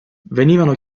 venivano